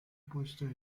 puestos